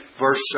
verse